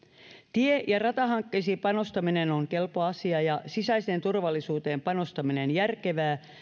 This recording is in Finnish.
tie ja ratahankkeisiin panostaminen on kelpo asia ja sisäiseen turvallisuuteen panostaminen järkevää